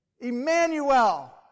Emmanuel